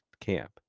camp